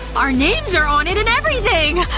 our names are on it and everything!